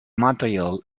material